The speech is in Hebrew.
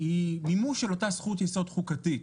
היא מימוש של אותה זכות-יסוד חוקתית.